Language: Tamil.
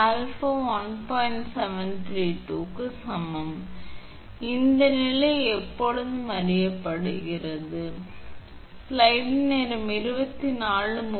732 க்கு சமம் எனவே 𝑟1 𝑟𝛼 இந்த உறவு நமக்குத் தெரியும் இங்கிருந்து மட்டும் இந்த நிலை எப்போதும் அறியப்படுகிறது 𝑟1 𝑅 𝛼 எனவே𝑟1 𝛼 எனவே அதாவது 𝑟1 𝑟𝛼 𝛼 ஆகும்